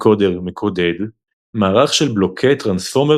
Encoder – מקודד מערך של בלוקי Transformer